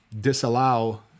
disallow